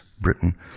Britain